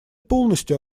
полностью